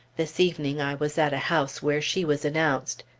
this evening i was at a house where she was announced.